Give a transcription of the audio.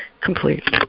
Complete